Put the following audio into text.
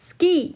Ski